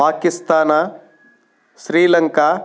Pakistan Sri Lanka